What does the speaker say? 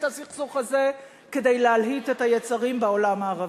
הסכסוך הזה כדי להלהיט את היצרים בעולם הערבי.